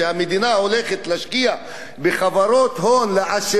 הולכת להשקיע בחברות הון לעשירים,